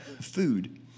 food